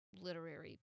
literary